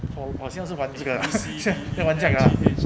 pao~ 好像是 one D eh !chey! 就完 check or not